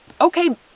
Okay